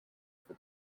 for